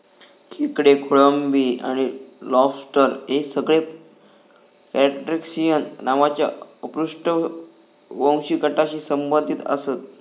खेकडे, कोळंबी आणि लॉबस्टर हे सगळे क्रस्टेशिअन नावाच्या अपृष्ठवंशी गटाशी संबंधित आसत